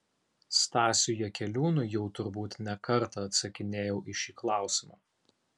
stasiui jakeliūnui jau turbūt ne kartą atsakinėjau į šį klausimą